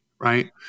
Right